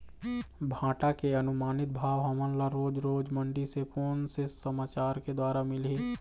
भांटा के अनुमानित भाव हमन ला रोज रोज मंडी से कोन से समाचार के द्वारा मिलही?